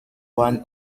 one